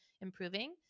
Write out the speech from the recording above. improving